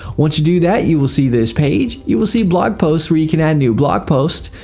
once you do that you will see this page. you will see blog posts where you can add new blog posts.